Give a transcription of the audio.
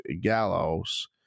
Gallows